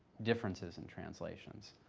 differences in translations.